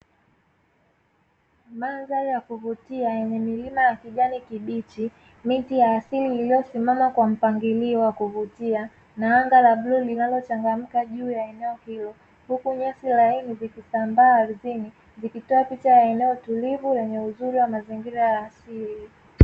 Mandhari ya kuvutia yenye milima ya kijani kibichi, miti ya asili iliyosimama kwa mpangilio wa kuvutia na anga la bluu linalochangamka juu ya eneo hilo, huku nyasi laini zikisambaa ardhini zikitoa picha ya eneo tulivu lenye uzuri wa mazingira ya asili.